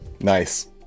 Nice